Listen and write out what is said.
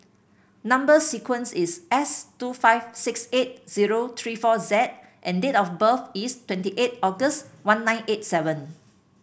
number sequence is S two five six eight zero three four Z and date of birth is twenty eight August one nine eight seven